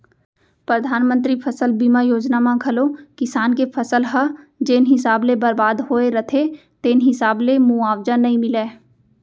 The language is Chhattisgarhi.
परधानमंतरी फसल बीमा योजना म घलौ किसान के फसल ह जेन हिसाब ले बरबाद होय रथे तेन हिसाब ले मुवावजा नइ मिलय